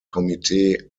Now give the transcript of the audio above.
committee